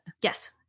Yes